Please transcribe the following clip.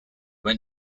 when